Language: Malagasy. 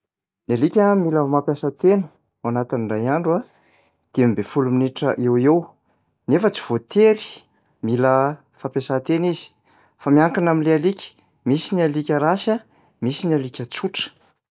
Ny alika mila mampiasan-tena ao anatin'indray andro a, dimy amby folo minitra eoeo nefa tsy voatery mila fampiasan-tena izy fa miankina am'le alika misy ny alika race a, misy ny alika tsotra.